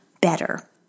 better